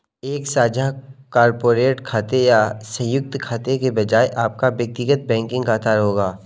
एक साझा कॉर्पोरेट खाते या संयुक्त खाते के बजाय आपका व्यक्तिगत बैंकिंग खाता होगा